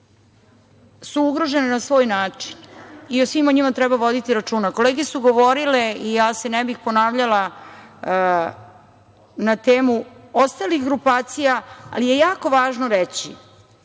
su ugrožene na svoj način i o svima njima treba voditi računa. Kolege su govorile, ja se ne bih ponavljala, na temu ostalih grupacija, ali je jako važno reći